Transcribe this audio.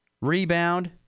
rebound